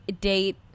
date